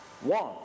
One